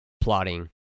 plotting